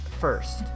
first